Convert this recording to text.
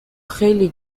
خیلی